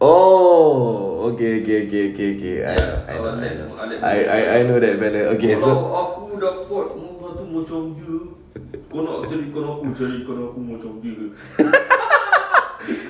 oh okay K K K K I know I know I know I I I know that ballad okay so